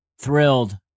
thrilled